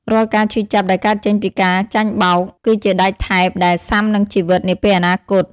រាល់ការឈឺចាប់ដែលកើតចេញពីការចាញ់បោក គឺជាដែកថែបដែលស៊ាំនឹងជីវិតនាពេលអនាគត។